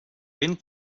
vent